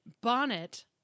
Bonnet